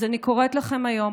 אז אני קוראת לכם היום,